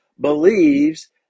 believes